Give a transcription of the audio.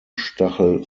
stachel